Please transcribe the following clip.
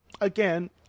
again